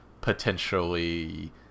potentially